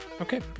okay